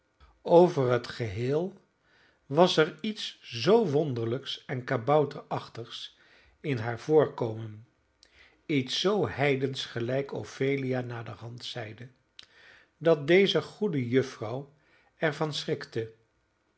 over het geheel was er iets zoo wonderlijks en kabouterachtigs in haar voorkomen iets zoo heidensch gelijk ophelia naderhand zeide dat deze goede juffrouw er van schrikte